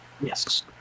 Yes